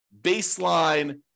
baseline